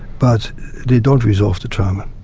but they don't resolve the trauma.